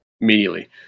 immediately